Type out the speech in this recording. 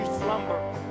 slumber